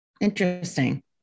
Interesting